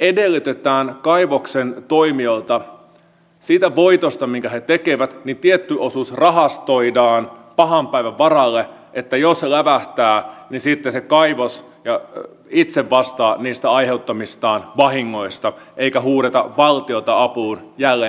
edellytetään kaivoksen toimijoilta että siitä voitosta minkä he tekevät tietty osuus rahastoidaan pahan päivän varalle eli jos lävähtää niin sitten se kaivos itse vastaa niistä aiheuttamistaan vahingoista eikä huudeta valtiota apuun jälleen kerran